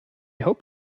hope